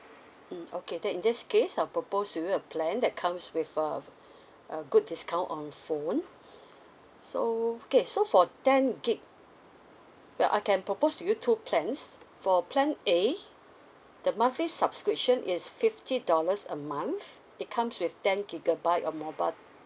mm okay then in this case I'll propose to you a plan that comes with a a good discount on phone so okay so for ten gig ya I can propose to you two plans for plan A the monthly subscription is fifty dollars a month it comes with ten gigabyte of mobile